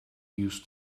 used